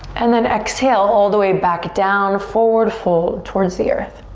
and then exhale all the way back down, forward fold towards the earth.